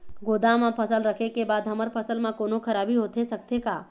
गोदाम मा फसल रखें के बाद हमर फसल मा कोन्हों खराबी होथे सकथे का?